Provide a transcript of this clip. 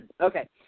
Okay